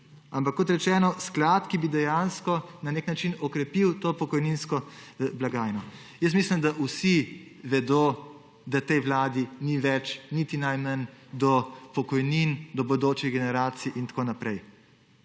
Ampak, kot rečeno, gre za sklad, ki bi dejansko na nek način okrepil to pokojninsko blagajno. Mislim, da vsi vedo, da tej Vladi niti najmanj Vladi ni več do pokojnin, do bodočih generacij in tako naprej.